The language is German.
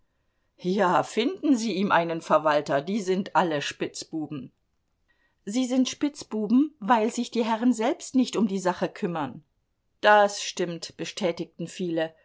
ja finden sie ihm einen verwalter die sind alle spitzbuben sie sind spitzbuben weil sich die herren selbst nicht um die sache kümmern das stimmt bestätigten viele